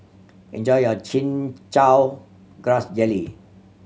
enjoy your Chin Chow Grass Jelly